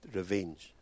revenge